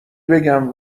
بگم